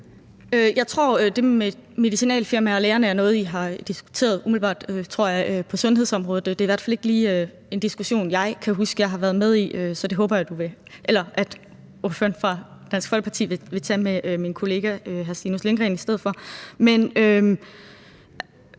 det med medicinalfirmaerne er noget, I har diskuteret på sundhedsområdet – det er i hvert fald ikke en diskussion, som jeg kan huske jeg har været med i, så det håber jeg da at ordføreren for Dansk Folkeparti vil tale med min kollega hr. Stinus Lindgreen om i stedet for.